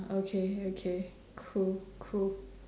okay okay cool cool